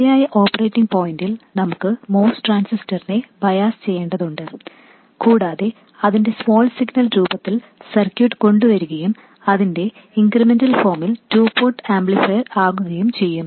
ശരിയായ ഓപ്പറേറ്റിംഗ് പോയിന്റിൽ നമുക്ക് MOS ട്രാൻസിസ്റ്ററിനെ ബയാസ് ചെയ്യേണ്ടതുണ്ട് കൂടാതെ അതിന്റെ സ്മോൾ സിഗ്നൽ രൂപത്തിൽ സർക്യൂട്ട് കൊണ്ടുവരികയും അതിന്റെ ഇൻക്രിമെന്റൽ ഫോമിൽ ടു പോർട്ട് ആംപ്ലിഫയർ ആകുകയും ചെയ്യും